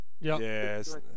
Yes